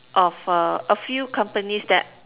of a a few companies that